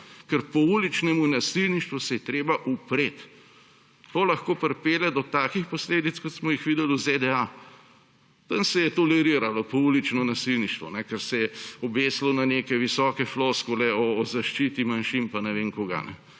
Ker pouličnemu nasilništvu se je treba upreti. To lahko pripelje do takšnih posledic, kot smo jih videli v ZDA. Tam se je toleriralo poulično nasilništvo, ker se je obesilo na neke visoke floskule o zaščiti manjšin pa ne vem kaj.